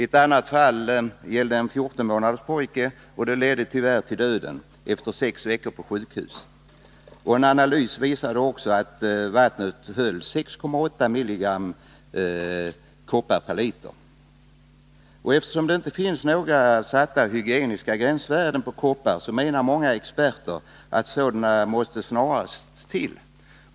Ett annat fall gällde en 14 månaders pojke och ledde tyvärr till döden efter sex veckor på sjukhus. En analys visade att familjens vatten höll 6,8 milligram koppar per liter. Eftersom man inte har satt några hygieniska gränsvärden på koppar menar många experter att sådana måste till snarast möjligt.